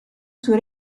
suo